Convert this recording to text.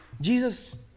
Jesus